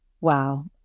Wow